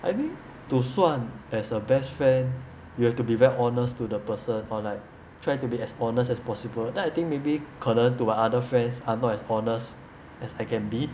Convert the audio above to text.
I mean to 算 as a best friend you have to be very honest to the person or like try to be as honest as possible then I think maybe 可能 to my other friends I'm not as honest as I can be